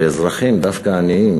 שדווקא אזרחים עניים,